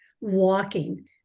walking